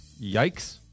yikes